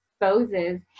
exposes